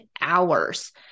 hours